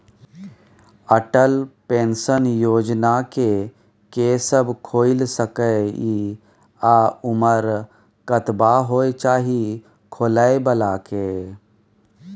Atal pension Yojana के के सब खोइल सके इ आ उमर कतबा होय चाही खोलै बला के?